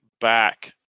back